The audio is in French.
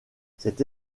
cette